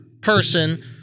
person